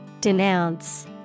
Denounce